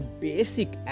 basic